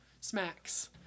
smacks